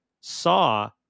Saw